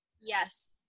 yes